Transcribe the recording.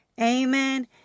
Amen